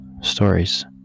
stories